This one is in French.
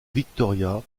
victoria